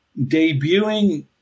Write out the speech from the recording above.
debuting